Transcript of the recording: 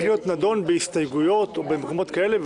להיות נידון בהסתייגויות או במקומות כאלה,